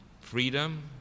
Freedom